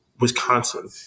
Wisconsin